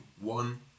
one